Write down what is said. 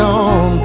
on